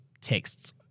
texts